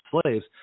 slaves